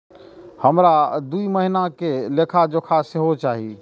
हमरा दूय महीना के लेखा जोखा सेहो चाही